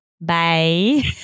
bye